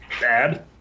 Bad